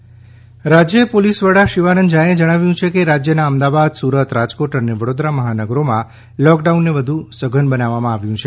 શિવાનંદ ઝા રાજ્ય પોલીસ વડા શિવાનંદ ઝા એ જણાવ્યું કે રાજ્યના અમદાવાદ સુરત રાજકોટ અને વડોદરા મહાનગરીમાં લોકડાઉનને વધુ સઘન બનાવવામાં આવ્યું છે